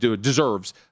deserves